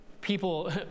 People